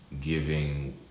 Giving